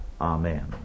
Amen